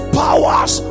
powers